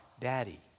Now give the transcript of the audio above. daddy